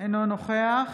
אינו נוכח